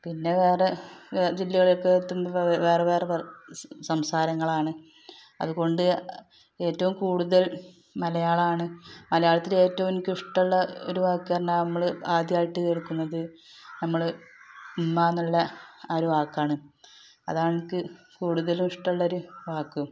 പിന്നെ വേറെ ജില്ലകളിലൊക്കെ എത്തുമ്പോൾ വേറെ വേറെ പല സംസാരങ്ങളാണ് അത്കൊണ്ട് ഏറ്റവും കൂടുതൽ മലയാളമാണ് മലയാളത്തിൽ ഏറ്റവും എനിക്ക് ഇഷ്ട്ടമുള്ള ഒരു വാക്ക് പറഞ്ഞാൽ നമ്മൾ ആദ്യമായിട്ട് കേൾക്കുന്നത് നമ്മൾ ഉമ്മ എന്നുള്ള ആ ഒരു വാക്കാണ് അതാണ് എനിക്ക് കൂടുതൽ ഇഷ്ടമുള്ള ഒരു വാക്കും